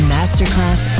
Masterclass